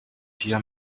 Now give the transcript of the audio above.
hier